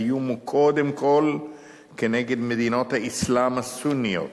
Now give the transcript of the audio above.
האיום הוא קודם כול כנגד מדינות האסלאם הסוניות,